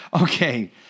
Okay